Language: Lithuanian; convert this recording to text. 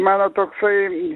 mano toksai